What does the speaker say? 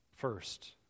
First